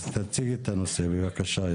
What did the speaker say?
אז תציגי את הנושא בבקשה.